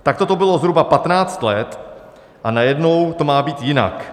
Takto to bylo zhruba 15 let, a najednou to má být jinak.